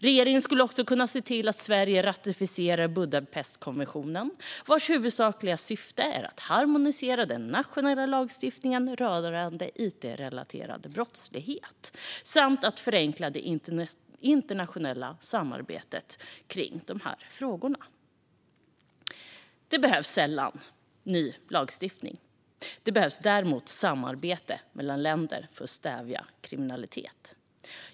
Regeringen skulle också kunna se till att Sverige ratificerar Budapestkonventionen, vars huvudsakliga syfte är att harmonisera den nationella lagstiftningen rörande it-relaterad brottslighet, samt förenkla det internationella samarbetet om dessa frågor. Det behövs sällan ny lagstiftning. Det behövs däremot samarbete mellan länder för att stävja kriminalitet.